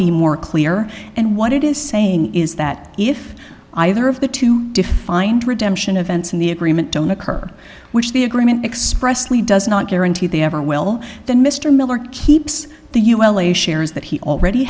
be more clear and what it is saying is that if either of the two defined redemption of vents in the agreement don't occur which the agreement expressly does not guarantee they ever will then mr miller keeps the ul a shares that he already